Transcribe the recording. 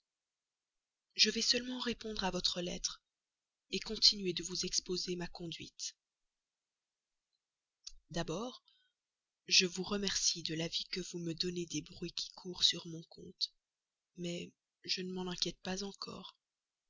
je vais seulement répondre à votre lettre continuer de vous exposer ma conduite d'abord je vous remercie de l'avis que vous me donnez des bruits qui courent sur mon compte mais je ne m'en inquiète pas encore